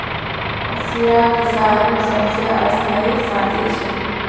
हंसिया किसानेर सबसे स्थाई साथी छे